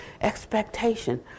expectation